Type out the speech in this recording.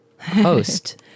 host